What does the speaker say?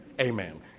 Amen